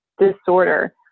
disorder